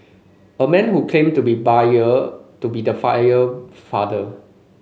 a man who claimed to be buyer to be the fire father